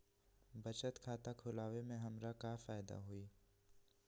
बचत खाता खुला वे में हमरा का फायदा हुई?